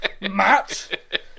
Matt